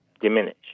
diminish